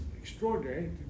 extraordinary